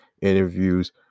interviews